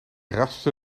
raspte